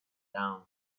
down